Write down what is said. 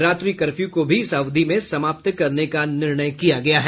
रात्रि कर्फ्यू को भी इस अवधि में समाप्त करने का निर्णय किया गया है